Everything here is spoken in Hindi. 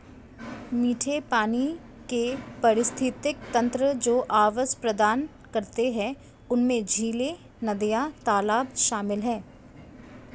मीठे पानी के पारिस्थितिक तंत्र जो आवास प्रदान करते हैं उनमें झीलें, नदियाँ, तालाब शामिल हैं